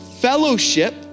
fellowship